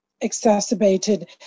exacerbated